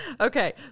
Okay